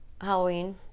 Halloween